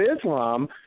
Islam—